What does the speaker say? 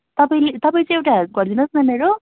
तपाईँले तपाईँ चाहिँ एउटा हेल्प गरिदिनुहोस् न मेरो